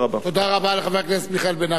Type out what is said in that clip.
תודה רבה לחבר הכנסת מיכאל בן-ארי.